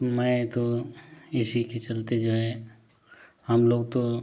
मैं तो इसी के चलते जो है हम लोग तो